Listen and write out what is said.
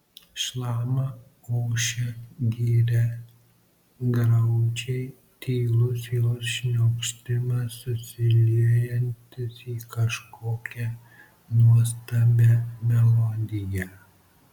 šlama ošia giria graudžiai tylus jos šniokštimas susiliejantis į kažkokią nuostabią melodiją